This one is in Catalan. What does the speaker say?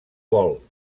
vol